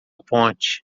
ponte